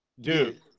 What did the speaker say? Dude